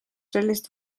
sellist